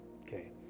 Okay